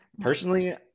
personally